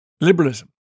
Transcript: liberalism